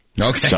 Okay